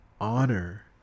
honor